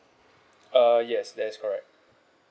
uh yes that is correct